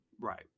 Right